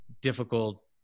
difficult